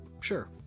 Sure